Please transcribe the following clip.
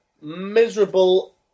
miserable